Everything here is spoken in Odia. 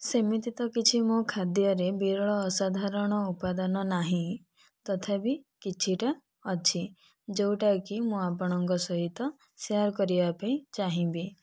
ସେମିତି ତ କିଛି ମୋ ଖାଦ୍ୟ ରେ ବିରଳ ଅସାଧାରଣ ଉପାଦାନ ନାହିଁ ତଥାପି କିଛିଟା ଅଛି ଯେଉଁଟା କି ମୁଁ ଆପଣଙ୍କ ସହିତ ସେୟାର କରିବା ପାଇଁ ଚାହିଁବି